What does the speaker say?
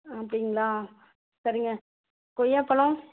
அப்படிங்களா சரிங்க கொய்யாப்பழம்